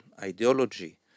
ideology